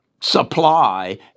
supply